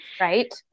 Right